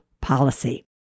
policy